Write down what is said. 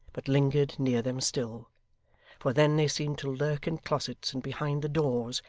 but lingered near them still for then they seemed to lurk in closets and behind the doors,